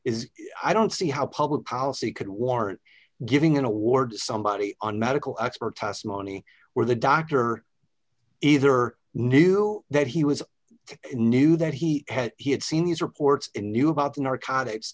is i don't see how public policy could warrant giving an award somebody on medical expert testimony where the doctor either knew that he was new that he had he had seen these reports and knew about the narcotics